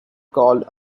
called